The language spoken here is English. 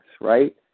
right